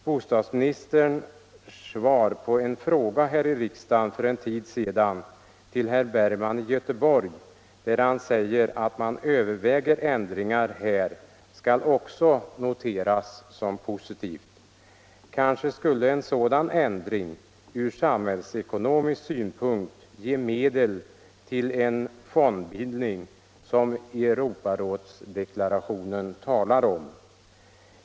Bostadsministerns svar på en fråga här i riksdagen för en tid sedan till herr Bergman i Göteborg, då han sade att man överväger ändringar, skall också noteras som positivt. Kanske skulle en sådan ändring från samhällsekonomisk synpunkt ge medel till den fondbildning som Europarådsdeklarationen talar om.